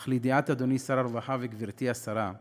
אך לידיעת אדוני שר הרווחה וגברתי השרה,